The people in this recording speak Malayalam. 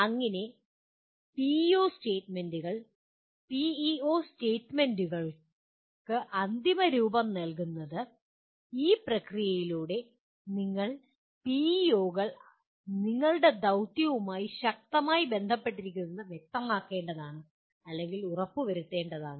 അങ്ങനെയാണ് പിഇഒ സ്റ്റേറ്റ്മെന്റുകൾ പിഇഒ സ്റ്റേറ്റ്മെൻറുകൾക്ക് അന്തിമരൂപം നൽകുന്നത് ഈ പ്രക്രിയയിലൂടെ നിങ്ങൾ പിഇഒകൾ നിങ്ങളുടെ ദൌത്യവുമായി ശക്തമായി ബന്ധപ്പെട്ടിരിക്കുന്നുവെന്ന് വ്യക്തമാക്കേണ്ടതാണ് അല്ലെങ്കിൽ ഉറപ്പുവരുത്തേണ്ടതാണ്